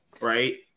Right